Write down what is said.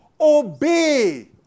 obey